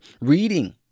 reading